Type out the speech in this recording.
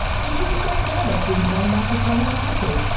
and who said mayors didn't know how to throw a party.